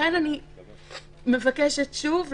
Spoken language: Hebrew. אני לא יודע מה המשקל שם,